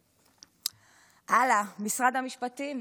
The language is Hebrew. הלאה, משרד המשפטים.